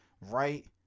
Right